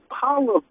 power